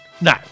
No